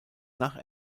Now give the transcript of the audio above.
nach